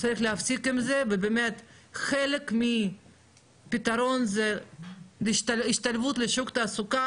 צריך להפסיק עם זה ובאמת חלק מהפתרון זה השתלבות בשוק העבודה,